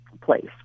place